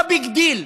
לא ביג דיל.